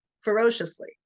ferociously